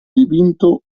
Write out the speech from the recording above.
dipinto